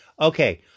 Okay